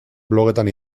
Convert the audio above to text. blogetan